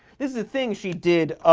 this is a thing she did